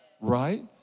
right